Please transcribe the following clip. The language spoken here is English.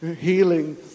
healing